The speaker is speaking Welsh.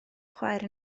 chwaer